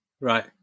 Right